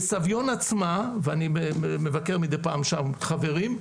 בסביון עצמה, ואני מבקר שם מדי פעם חברים,